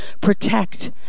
protect